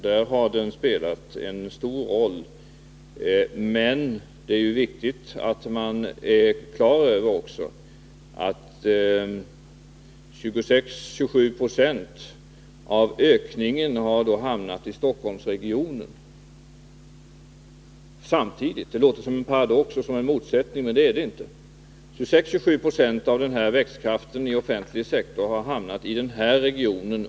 Där har deltidssysselsättningen spelat en stor roll, men det är också viktigt att vara klar över att 26-27 Jo av ökningen under 1970-talet har hamnat i Stockholmsregionen. Det låter som en orimlighet, men det är det inte.